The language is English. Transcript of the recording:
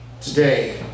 Today